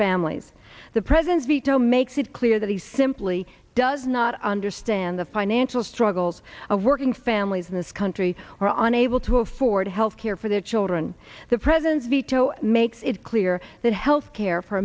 families the president's veto makes it clear that he simply does not understand the financial struggles of working families in this country or unable to afford health care for their children the president's veto makes it clear that health care for